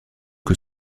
que